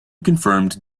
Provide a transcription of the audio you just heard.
confirmed